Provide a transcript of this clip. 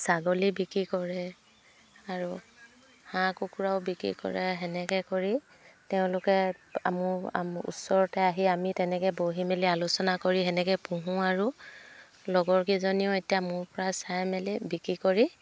ছাগলী বিক্ৰী কৰে আৰু হাঁহ কুকুৰাও বিক্ৰী কৰে সেনেকৈ কৰি তেওঁলোকে মোৰ ওচৰতে আহি আমি তেনেকৈ বহি মেলি আলোচনা কৰি সেনেকৈ পুহোঁ আৰু লগৰকেইজনীও এতিয়া মোৰপৰা চাই মেলি বিক্ৰী কৰি